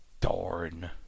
Darn